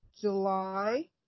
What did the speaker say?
July